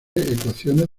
ecuaciones